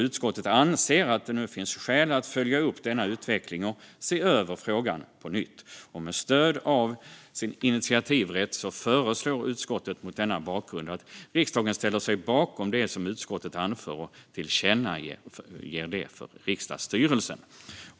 Utskottet anser att det nu finns skäl att följa upp denna utveckling och se över frågan på nytt. Med stöd av vår initiativrätt föreslår utskottet mot denna bakgrund att riksdagen ställer sig bakom det som utskottet anför och tillkännager det för riksdagsstyrelsen.